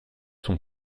son